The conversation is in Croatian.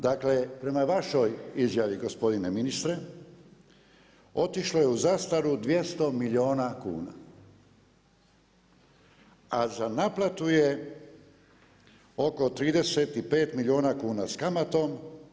Dakle prema vašoj izjavi gospodine ministre, otišlo je u zastaru 200 milijuna kuna, a za naplatu je oko 35 milijuna kuna s kamatom.